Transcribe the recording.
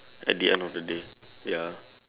at the end of the day ya